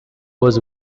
was